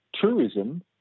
tourism